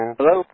Hello